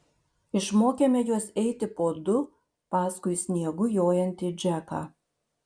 išmokėme juos eiti po du paskui sniegu jojantį džeką